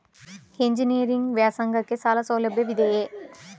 Engineering ವ್ಯಾಸಂಗಕ್ಕಾಗಿ ಸಾಲ ಸೌಲಭ್ಯವಿದೆಯೇ?